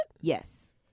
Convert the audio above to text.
Yes